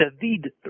David